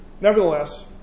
nevertheless